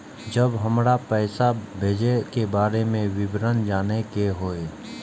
जब हमरा पैसा भेजय के बारे में विवरण जानय के होय?